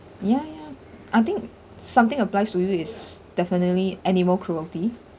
ya ya I think something applies to you is definitely animal cruelty